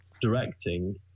directing